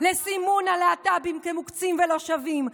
לסימון הלהט"בים כמוקצים ולא שווים,